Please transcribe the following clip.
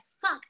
fuck